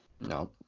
No